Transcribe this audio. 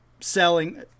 selling